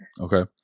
Okay